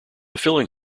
filling